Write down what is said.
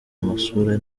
amasura